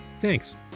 Thanks